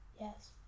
Yes